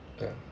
ya